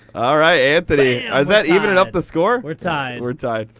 all right, anthony. is that evening up the score? we're tired. we're tired.